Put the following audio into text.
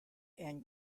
and